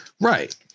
Right